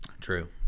True